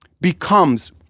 becomes